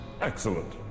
Excellent